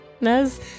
Nez